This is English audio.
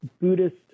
Buddhist